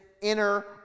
inner